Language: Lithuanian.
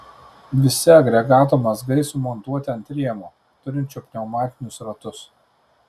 visi agregato mazgai sumontuoti ant rėmo turinčio pneumatinius ratus